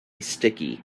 sticky